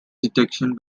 detection